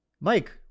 Mike